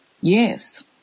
yes